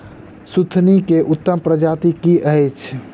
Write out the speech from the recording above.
सुथनी केँ उत्तम प्रजाति केँ अछि?